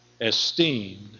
esteemed